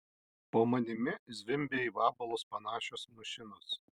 po manimi zvimbia į vabalus panašios mašinos